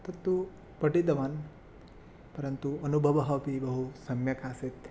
तत्तु पठितवान् परन्तु अनुभवः अपि बहु सम्यक् आसीत्